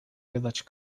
village